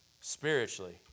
spiritually